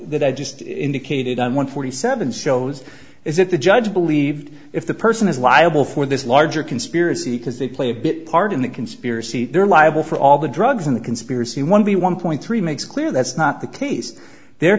that i just indicated on one forty seven so is that the judge believed if the person is liable for this larger conspiracy because they play a bit part in the conspiracy they're liable for all the drugs in the conspiracy one of the one point three makes clear that's not the